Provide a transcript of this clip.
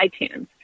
iTunes